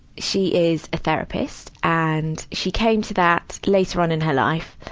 she is a therapist. and she came to that later on in her life.